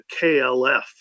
KLF